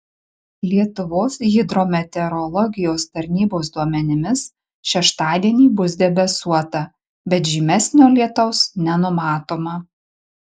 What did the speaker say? lietuvos hidrometeorologijos tarnybos duomenimis šeštadienį bus debesuota bet žymesnio lietaus nenumatoma